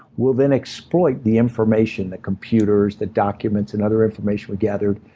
we'll then exploit the information, the computers, the documents and other information we gathered,